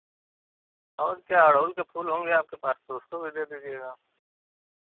और क्या गुड़हल के फूल होंगे आपके पास तो उसको भी दे दिजीएगा